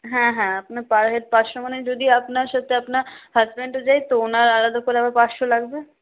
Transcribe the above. হ্যাঁ হ্যাঁ আপনার পার হেড পাঁচশো মানে যদি আপনার সাথে আপনার হাসব্যান্ডও যায় তো ওনার আলাদা করে আবার পাঁচশো লাগবে